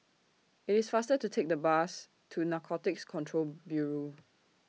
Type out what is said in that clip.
IT IS faster to Take The Bus to Narcotics Control Bureau